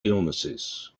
illnesses